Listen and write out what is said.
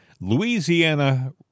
Louisiana